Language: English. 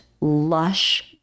lush